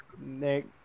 Nick